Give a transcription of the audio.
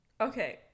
Okay